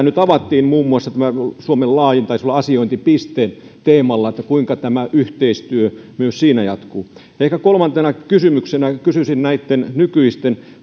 nyt avattiin muun muassa tämä suomen laajin taisi olla asiointipiste teemalla kuinka tämä yhteistyö myös siinä jatkuu ehkä kolmantena kysymyksenä kysyisin näitten nykyisten